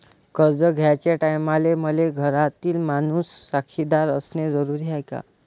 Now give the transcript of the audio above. कर्ज घ्याचे टायमाले मले घरातील माणूस साक्षीदार असणे जरुरी हाय का?